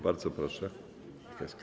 Bardzo proszę.